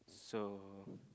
so